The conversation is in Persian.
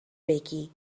بگی